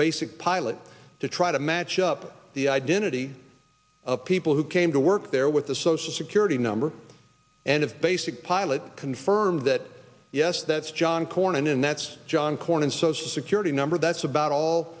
basic pilot to try to match up the identity of people who came to work there with the social security number and of basic pilot confirmed that yes that's john cornyn and that's john cornyn social security number that's about all